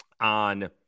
on